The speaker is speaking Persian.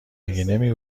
نمی